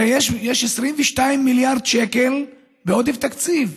הרי יש 22 מיליארד שקל בעודף תקציב,